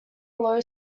low